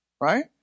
right